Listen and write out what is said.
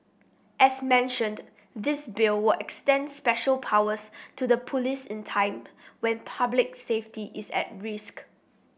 as mentioned this Bill will extend special powers to the police in time when public safety is at risk